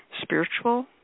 spiritual